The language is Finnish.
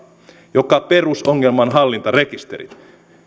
joka perusongelma on hallintarekisterit